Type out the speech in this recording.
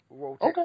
Okay